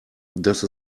dass